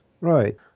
Right